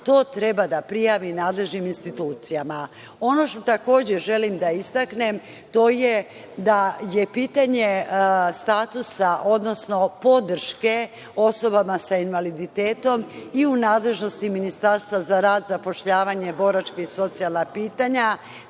to treba da prijavi nadležnim institucijama. Ono što takođe želim da istaknem, to je da je pitanje statusa, odnosno podrške osobama sa invaliditetom i u nadležnosti Ministarstva za rad, zapošljavanje, boračka i socijalna pitanja,